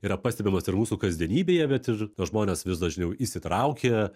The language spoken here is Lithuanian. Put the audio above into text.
yra pastebimas ir mūsų kasdienybėje bet ir na žmonės vis dažniau įsitraukia